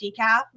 decaf